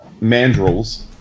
mandrels